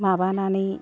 माबानानै